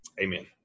Amen